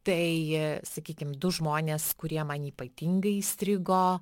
tai sakykim du žmonės kurie man ypatingai įstrigo